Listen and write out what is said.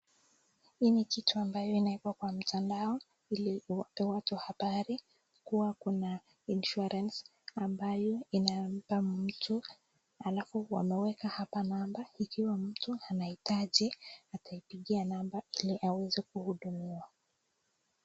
Hii ni kitu ambayo inawekwa kwa mtandao ili kupea watu habari kuwa kuna insurance ambayo inampa mtu, halafu wameweka hapa namba ikiwa mtu anahitaji ataipigia namba ili aweze kuhudumiwa.